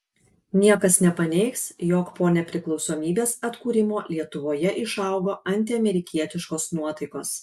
niekas nepaneigs jog po nepriklausomybės atkūrimo lietuvoje išaugo antiamerikietiškos nuotaikos